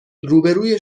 روبروی